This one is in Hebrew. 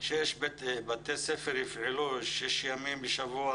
בתי ספר יפעלו שישה ימים בשבוע.